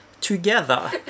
together